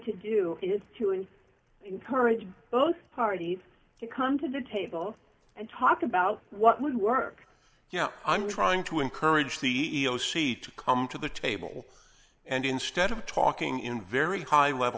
to do is to and encourage both parties to come to the table and talk about what would work you know i'm trying to encourage the e e o c to come to the table and instead of talking in very high level